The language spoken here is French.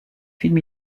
film